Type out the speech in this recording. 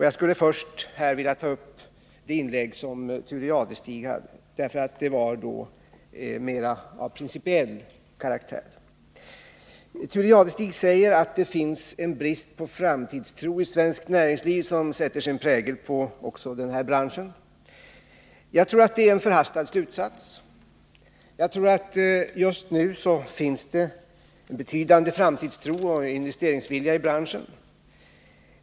Jag skulle här först vilja ta upp det inlägg som Thure Jadestig gjorde, därför att det var av mer principiell karaktär. Han sade att det finns en brist på framtidstro i svenskt näringsliv som sätter sin prägel på också den här branschen. Jag tror att det är en förhastad slutsats. Just nu finns det en betydande framtidstro och investeringsvilja i näringslivet.